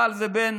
אבל זה בין